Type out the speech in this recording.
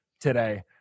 today